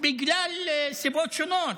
בגלל סיבות שונות,